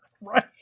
Right